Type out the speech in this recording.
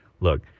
look